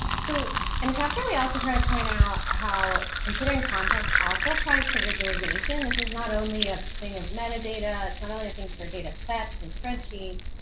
so in chapter, we also try to point out how considering context also applies to visualization. this is not only a thing of metadata. it's not only i think for data sets and spreadsheets.